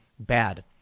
bad